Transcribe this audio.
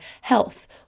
health